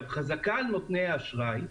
חזקה על נותני האשראי,